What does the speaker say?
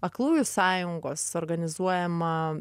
aklųjų sąjungos organizuojama